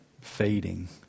fading